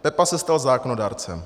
Pepa se stal zákonodárcem.